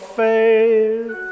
faith